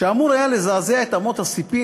שאמור היה לזעזע את אמות הספים,